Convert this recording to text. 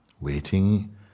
Waiting